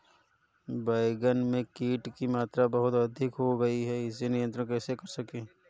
बैगन में कीट की मात्रा बहुत अधिक हो गई है इसे नियंत्रण कैसे करें?